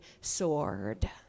sword